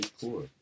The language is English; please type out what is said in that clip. poor